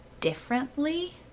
differently